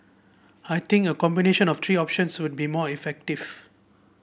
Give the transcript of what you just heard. I think a combination of three options would be more effective